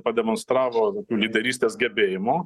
pademonstravo lyderystės gebėjimų